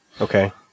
Okay